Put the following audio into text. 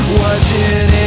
watching